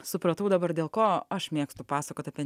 supratau dabar dėl ko aš mėgstu pasakot apie